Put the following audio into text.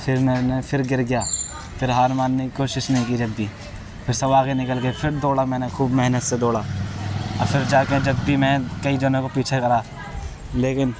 پھر میں نے پھر گر گیا پھر ہار ماننے کی کوشش نہیں کی جلدی پھر سب آگے نکل گئے پھر دوڑا میں نے خوب محنت سے دوڑا اور پھر جا کر جب کہ میں کئی جنوں کو پیچھے کرا لیکن